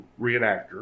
reenactor